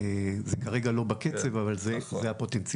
זה כרגע לא בקצב אבל זה הפוטנציאל.